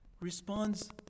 responds